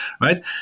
right